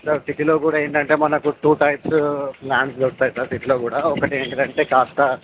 sir సిటీలో కూడా ఏంటంటే మనకు టూ టైప్స్ ల్యాండ్స్ దొరుకుతాయి సిటీలో కూడా ఒకటి ఏంటిదంటే కాస్త